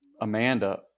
Amanda